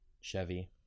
Chevy